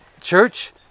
Church